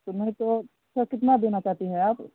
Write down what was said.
तो नहीं तो अच्छा कितना देना चाहती हैं आप